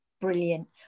brilliant